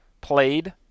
played